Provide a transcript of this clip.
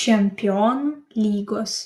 čempionų lygos